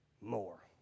more